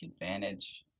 advantage